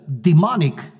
demonic